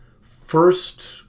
first